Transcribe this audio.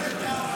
החסידים אוהבים.